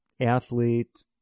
athlete